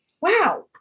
wow